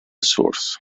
source